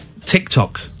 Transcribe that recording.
TikTok